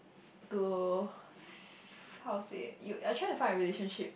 to how say you I try to find a relationship